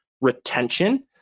retention